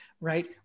right